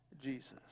Jesus